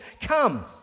Come